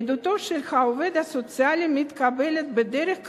עדותו של העובד הסוציאלי מתקבלת, בדרך כלל,